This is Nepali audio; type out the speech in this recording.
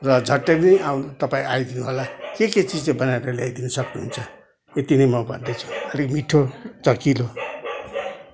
र झट्टै नै आउनु तपाईँ आइदिनु होला के के चिज चाहिँ बनाएर ल्याइदिन सक्नुहुन्छ यति नै म भन्दैछु अलि मिठो चखिलो